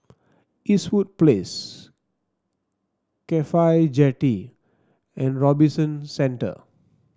Eastwood Place CAFHI Jetty and Robinson Centre